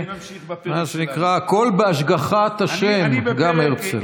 מה שנקרא, הכול בהשגחת ה', גם הרצל.